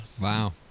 Wow